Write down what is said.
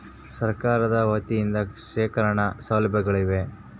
ಸರಕಾರದ ವತಿಯಿಂದ ಶೇಖರಣ ಸೌಲಭ್ಯಗಳಿವೆಯೇ?